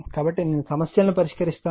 కాబట్టి నేను సమస్యలను పరిష్కరిస్తాను